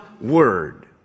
word